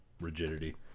rigidity